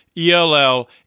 ELL